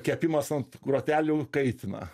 kepimas ant grotelių kaitina